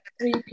three